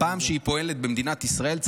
לא משנה, היא פועלת במדינת ישראל.